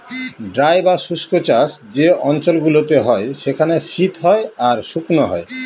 dry বা শুস্ক চাষ যে অঞ্চল গুলোতে হয় সেখানে শীত হয় আর শুকনো হয়